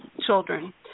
children